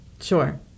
Sure